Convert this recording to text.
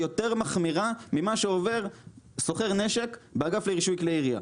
יותר מחמירה ממה שעובר סוחר נשק באגף לרישוי כלי ירייה.